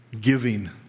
Giving